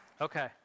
Okay